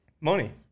Money